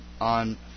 on